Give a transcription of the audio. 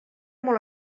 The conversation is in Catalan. molt